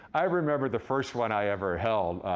i remember the first one i ever held,